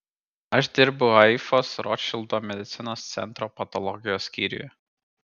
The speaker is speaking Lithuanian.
aš dirbu haifos rotšildo medicinos centro patologijos skyriuje